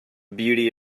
beauty